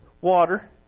water